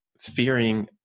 fearing